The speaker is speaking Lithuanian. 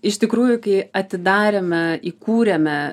iš tikrųjų kai atidarėme įkūrėme